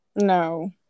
No